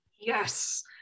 yes